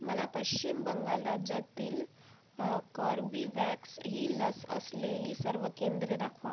मला पश्चिम बंगाल राज्यातील कॉर्बीव्हॅक्स ही लस असलेली सर्व केंद्रे दाखवा